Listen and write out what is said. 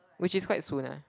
which is quite soon ah